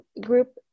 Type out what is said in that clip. group